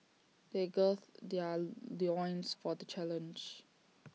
they gird their loins for the challenge